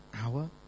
hour